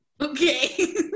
Okay